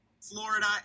Florida